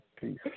Peace